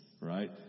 right